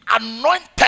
anointed